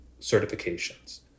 certifications